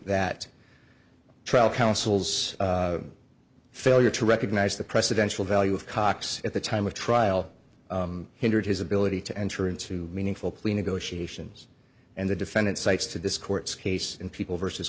that trial council's failure to recognize the precedential value of cox at the time of trial hindered his ability to enter into meaningful plea negotiations and the defendant cites to this court's case in people versus